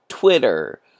Twitter